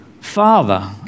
Father